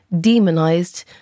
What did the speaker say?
demonized